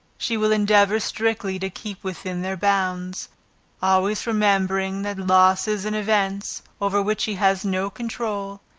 she will endeavor strictly to keep within their bounds always remembering that losses and events, over which he has no control,